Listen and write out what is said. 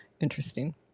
interesting